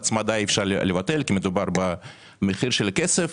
את ההצמדה אי-אפשר לבטל כי מדובר במחיר של כסף.